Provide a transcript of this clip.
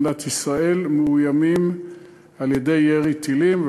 במדינת ישראל מאוימים על-ידי ירי טילים,